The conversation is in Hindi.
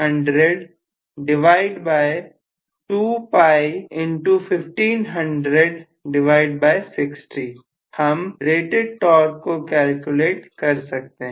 हम रेटेड टॉर्क को कैलकुलेट कर सकते हैं